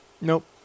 Nope